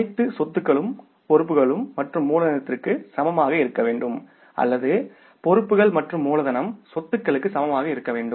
அனைத்து சொத்துகளும் பொறுப்புகள் மற்றும் மூலதனத்திற்கு சமமாக இருக்க வேண்டும் அல்லது பொறுப்புகள் மற்றும் மூலதனம் சொத்துக்களுக்கு சமமாக இருக்க வேண்டும்